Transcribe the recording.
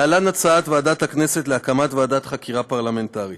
להלן הצעת ועדת הכנסת להקמת ועדת חקירה פרלמנטרית.